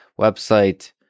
website